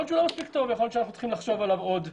יכול להיות שהוא לא מספיק טוב ואנחנו צריכים לחשוב עליו עוד.